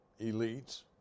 elites